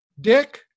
Dick